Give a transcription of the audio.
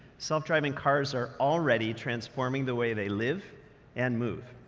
self-driving cars are already transforming the way they live and move.